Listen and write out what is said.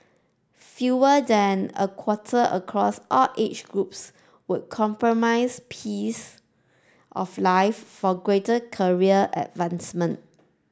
fewer than a quarter across all age groups would compromise piece of life for greater career advancement